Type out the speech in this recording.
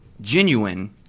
genuine